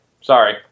Sorry